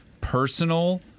personal